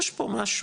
יש פה משהו,